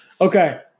Okay